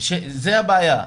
זו הבעיה,